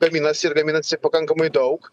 gaminasi ir gaminasi pakankamai daug